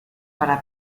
para